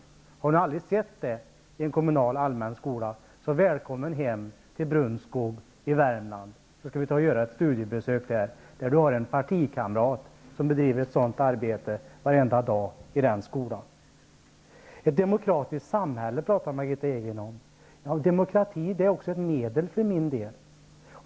Om Margitta Edgren aldrig har sett det i en kommunal, allmän skola, är hon välkommen hem till Brunskog i Värmland. Vi skall göra ett studiebesök där Margitta Edgren har en partikamrat som bedriver ett sådant arbete varenda dag i skolan. Margitta Edgren pratar om ett demokratiskt samhälle. För min del är demokrati också ett medel.